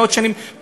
מאות שנים,